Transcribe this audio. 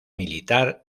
militar